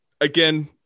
Again